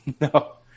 No